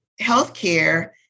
healthcare